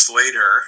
later